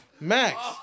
Max